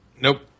Nope